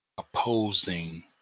Opposing